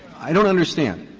i don't understand.